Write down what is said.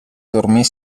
dormir